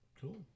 Cool